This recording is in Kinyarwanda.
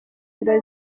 inda